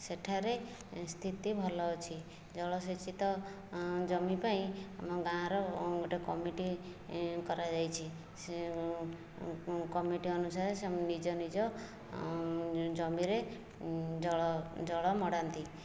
ସେଠାରେ ସ୍ଥିତି ଭଲ ଅଛି ଜଳସେଚିତ ଜମି ପାଇଁ ଆମ ଗାଁର ଗୋଟିଏ କମିଟି କରାଯାଇଛି ସେ କମିଟି ଅନୁସାରେ ସବୁ ନିଜ ନିଜ ଜମିରେ ଜଳ ଜଳ ମଡ଼ାନ୍ତି